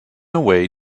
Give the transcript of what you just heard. away